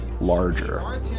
larger